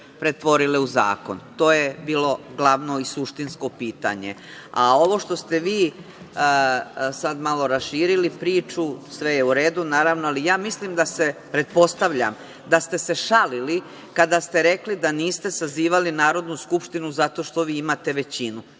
pretvorile u zakon? To je bilo glavno i suštinsko pitanje. Ovo što ste vi sad malo raširili priču, sve je u redu, naravno, ali ja mislim da se, pretpostavljam, da ste se šalili kada ste rekli da niste sazivali Narodnu skupštinu zato što vi imate većinu.